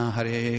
Hare